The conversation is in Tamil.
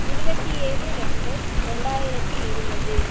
இருபத்தி ஏழு ரெண்டு ரெண்டாயிரத்தி இருபது